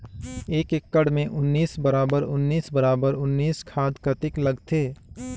एक एकड़ मे उन्नीस बराबर उन्नीस बराबर उन्नीस खाद कतेक लगथे?